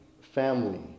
family